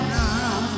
now